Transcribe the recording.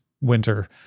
winter